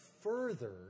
further